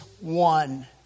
one